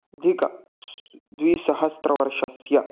अधिक द्विसहस्रतमवर्षस्य